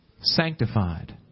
Sanctified